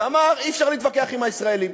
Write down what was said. ואמר: אי-אפשר להתווכח עם הישראלים,